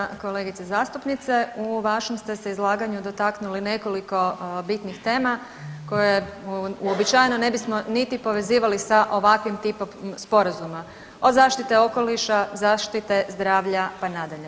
Uvažena kolegice zastupnice u vašem ste se izlaganju dotaknuli nekoliko bitnih tema koje uobičajeno ne bismo niti povezivali sa ovakvim tipom sporazuma od zaštite okoliša, zaštite zdravlja pa nadalje.